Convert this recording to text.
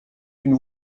une